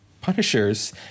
punishers